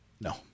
No